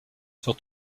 sur